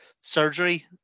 surgery